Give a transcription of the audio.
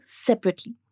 separately